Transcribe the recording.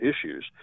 issues